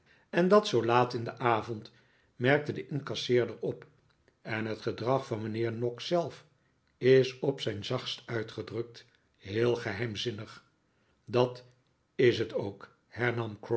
en dat zoo laat in den avond merkte de incasseerder op en het gedrag van mijnheer noggs zelf is op zijn zachtst uitgedrukt heel geheimzinnig dat is het ook